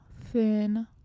thin